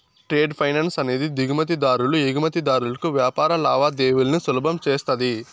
trade finance అనేది దిగుమతి దారులు ఎగుమతిదారులకు వ్యాపార లావాదేవీలను సులభం చేస్తది